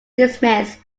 dismissed